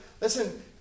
listen